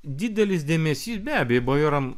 didelis dėmesys be abejo bajoram